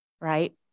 right